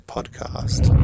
Podcast